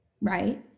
right